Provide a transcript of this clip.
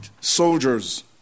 soldiers